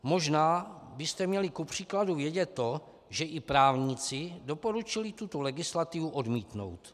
Možná byste kupříkladu měli vědět to, že i právníci doporučili tuto legislativu odmítnout.